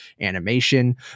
animation